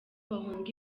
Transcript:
bahunga